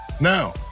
Now